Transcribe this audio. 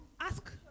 ask